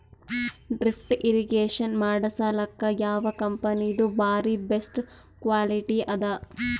Drip irrigation ಮಾಡಸಲಕ್ಕ ಯಾವ ಕಂಪನಿದು ಬಾರಿ ಬೆಸ್ಟ್ ಕ್ವಾಲಿಟಿ ಅದ?